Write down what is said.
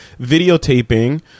videotaping